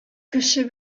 кеше